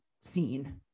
seen